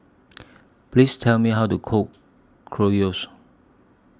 Please Tell Me How to Cook Gyros